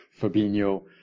Fabinho